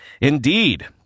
Indeed